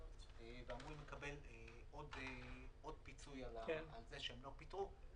ואמורים לקבל עוד פיצוי על זה שהם לא פיטרו,